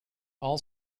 all